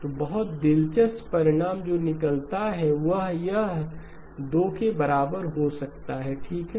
तो बहुत दिलचस्प परिणाम जो निकलता है वह यह 2 बराबर हो सकता है ठीक है